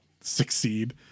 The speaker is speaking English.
succeed